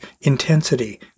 intensity